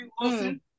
Wilson